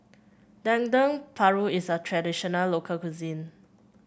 Dendeng Paru is a traditional local cuisine